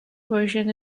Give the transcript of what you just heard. version